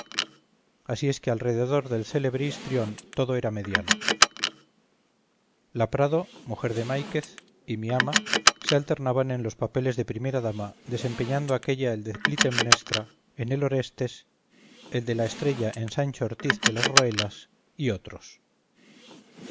así es que alrededor del célebre histrión todo era mediano la prado mujer de máiquez y mi ama alternaban en los papeles de primera dama desempeñando aquélla el de clitemnestra en el orestes el de estrella en sancho ortiz de las roelas y otros